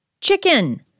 Chicken